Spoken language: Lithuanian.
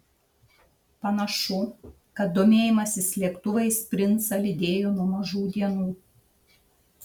panašu kad domėjimasis lėktuvais princą lydėjo nuo mažų dienų